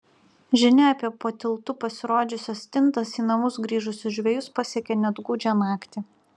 žinia apie po tiltu pasirodžiusias stintas į namus grįžusius žvejus pasiekia net gūdžią naktį